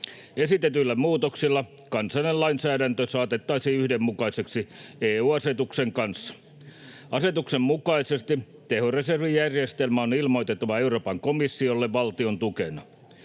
Esitetyillä muutoksilla kansallinen lainsäädäntö saatettaisiin yhdenmukaiseksi EU-asetuksen kanssa. Asetuksen mukaisesti tehoreservijärjestelmä on ilmoitettava Euroopan komissiolle valtiontukena.